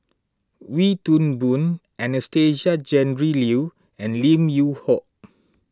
Wee Toon Boon Anastasia Tjendri Liew and Lim Yew Hock